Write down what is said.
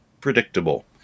predictable